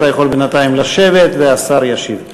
אתה יכול בינתיים לשבת והשר ישיב.